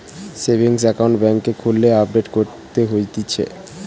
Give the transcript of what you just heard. savings account বেংকে খুললে update করতে হতিছে